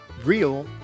real